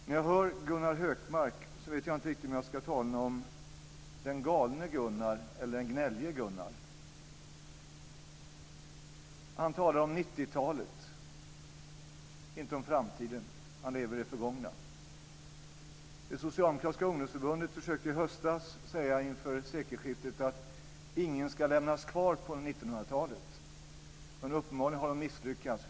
När jag hör Gunnar Hökmark vet jag inte om jag ska tala om Galne Gunnar eller Gnällige Gunnar. Han talar om 90-talet och inte om framtiden. Han lever i det förgångna. Det socialdemokratiska ungdomsförbundet försökte i höstas inför millennieskiftet säga att ingen ska lämnas kvar på 1900-talet. Men uppenbarligen har det misslyckats.